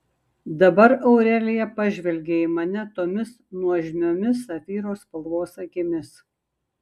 dabar aurelija pažvelgė į mane tomis nuožmiomis safyro spalvos akimis